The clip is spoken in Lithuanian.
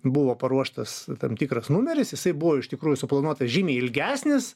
buvo paruoštas tam tikras numeris jisai buvo iš tikrųjų suplanuotas žymiai ilgesnis